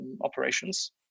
operations